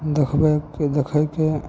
देखबैके देखैके